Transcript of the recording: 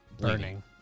burning